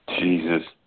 Jesus